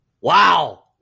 Wow